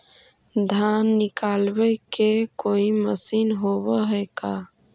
धान निकालबे के कोई मशीन होब है का?